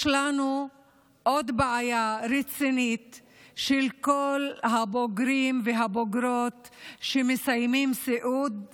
יש לנו עוד בעיה רצינית של כל הבוגרים והבוגרות שמסיימים סיעוד בחו"ל.